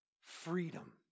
freedom